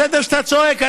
אתה בסדר שאתה צועק.